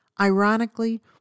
Ironically